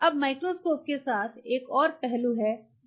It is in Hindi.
अब माइक्रोस्कोप के साथ एक और पहलू है जो जुड़ता है